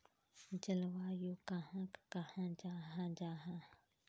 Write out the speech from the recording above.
जलवायु कहाक कहाँ जाहा जाहा?